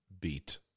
beat